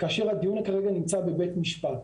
כאשר הדיון כרגע נמצא בבית משפט.